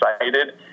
excited